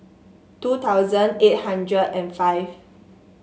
two thousand eight hundred and five